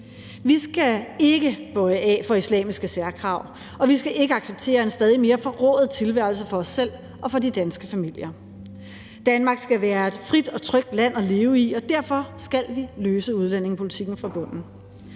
Vi skal ikke bøje af for islamiske særkrav, og vi skal ikke acceptere en stadig mere forrået tilværelse for os selv og for de danske familier. Danmark skal være et frit og trygt land at leve i, og derfor skal vi løse udlændingepolitikken fra bunden.